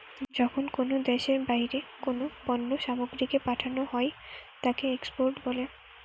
যখন কোনো দ্যাশের বাহিরে কোনো পণ্য সামগ্রীকে পাঠানো হই তাকে এক্সপোর্ট বলে